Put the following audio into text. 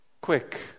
Quick